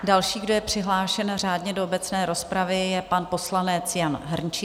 Další, kdo je přihlášen řádně do obecné rozpravy, je pan poslanec Jan Hrnčíř.